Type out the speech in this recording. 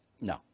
no